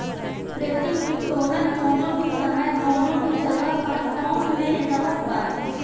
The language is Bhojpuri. आपरेटिंग उत्तोलन कवनो भी समय कवनो भी जगह हर फर्म में रहत बाटे